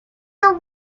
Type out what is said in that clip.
are